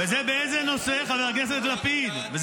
זה באיזה נושא, חבר הכנסת לפיד?